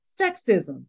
sexism